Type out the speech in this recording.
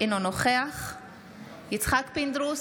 אינו נוכח יצחק פינדרוס,